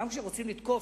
גם כשרוצים לתקוף,